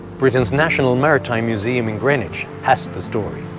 britain's national maritime museum in greenwich has the story.